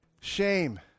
Shame